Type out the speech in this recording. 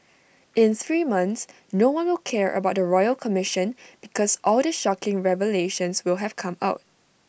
in three months no one will care about the royal commission because all the shocking revelations will have come out